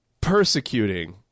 persecuting